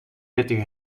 pittige